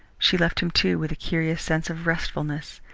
she left him, too, with a curious sense of restfulness,